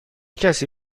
کسی